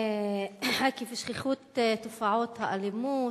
עקב שכיחות תופעות האלימות,